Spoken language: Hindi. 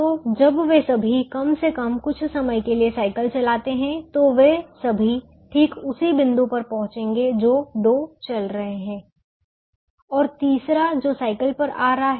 तो जब वे सभी कम से कम कुछ समय के लिए साइकिल चलाते हैं तो वे सभी ठीक उसी बिंदु पर पहुंचेंगे जो दो चल रहे हैं और तीसरा जो साइकिल पर आ रहा है